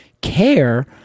care